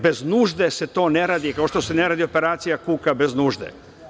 Bez nužde se to ne radi, kao što se ne radi operacija kuka bez nužde.